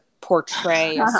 portray